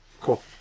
Cool